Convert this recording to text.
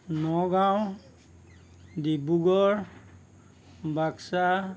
Nagaon Dibrugarh Baksa